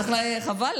חבל.